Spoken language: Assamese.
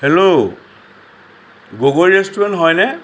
হেল্ল' গগৈ ৰেষ্টুৰেণ্ট হয়নে